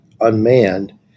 unmanned